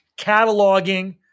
cataloging